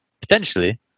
potentially